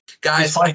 guys